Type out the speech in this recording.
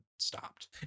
Stopped